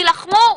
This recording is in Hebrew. תילחמו.